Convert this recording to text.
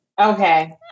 Okay